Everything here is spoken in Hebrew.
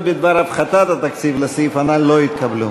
בדבר הפחתת התקציב לסעיף הנ"ל לא התקבלו.